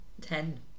Ten